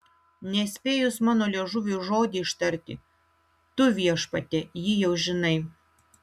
nespėjus mano liežuviui žodį ištarti tu viešpatie jį jau žinai